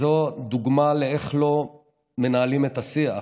זו דוגמה לאיך לא מנהלים את השיח,